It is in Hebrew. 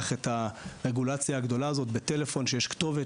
את הרגולציה הגדולה הזאת בטלפון כשיש כתובת.